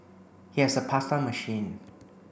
he has a pasta machine